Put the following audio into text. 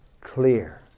clear